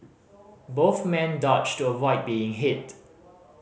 both men dodged to avoid being hit